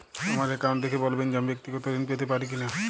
আমার অ্যাকাউন্ট দেখে বলবেন যে আমি ব্যাক্তিগত ঋণ পেতে পারি কি না?